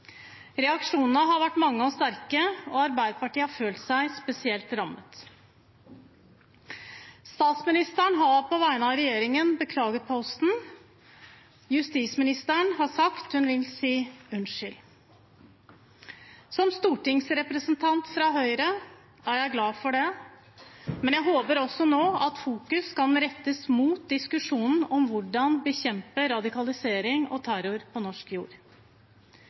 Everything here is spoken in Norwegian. Reaksjonene har vært mange og sterke, og Arbeiderpartiet har følt seg spesielt rammet. Statsministeren har på vegne av regjeringen beklaget posten. Justisministeren har sagt hun vil si unnskyld. Som stortingsrepresentant fra Høyre er jeg glad for det, men jeg håper også nå at fokus kan rettes mot diskusjonen om hvordan bekjempe radikalisering og terror på norsk jord.